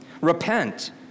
Repent